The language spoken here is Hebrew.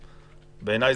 בעיניי,